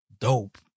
dope